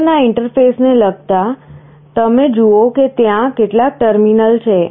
મોટરના ઇન્ટરફેસને લગતા તમે જુઓ કે ત્યાં કેટલાક ટર્મિનલ છે